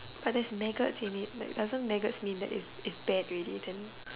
but there is like maggots in it like doesn't maggots mean that it's it's bad already